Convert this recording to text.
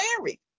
married